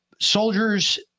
soldiers